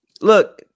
look